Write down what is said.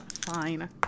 Fine